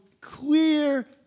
clear